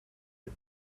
had